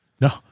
No